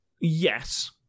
Yes